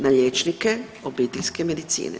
Na liječnike obiteljske medicine.